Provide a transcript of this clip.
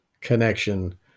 connection